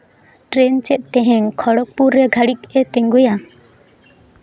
train ᱪᱮᱫ ᱛᱮᱦᱮᱧ ᱠᱷᱚᱲᱚᱜᱽᱯᱩᱨ ᱨᱮ ᱜᱷᱟᱹᱲᱤᱡᱼᱮ ᱛᱤᱸᱜᱩᱭᱟ